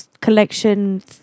collection